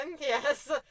Yes